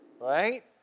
Right